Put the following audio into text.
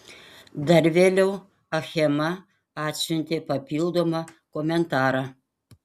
dar vėliau achema atsiuntė papildomą komentarą